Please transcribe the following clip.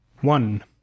One